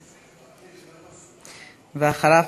ואחריו,